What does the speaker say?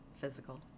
physical